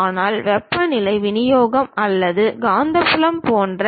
ஆனால் வெப்பநிலை விநியோகம் அல்லது மின்காந்த புலம் போன்ற